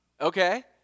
Okay